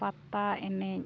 ᱯᱟᱛᱟ ᱮᱱᱮᱡ